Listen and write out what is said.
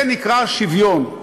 זה נקרא שוויון.